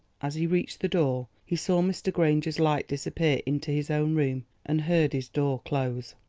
as he reached the door he saw mr. granger's light disappear into his own room and heard his door close.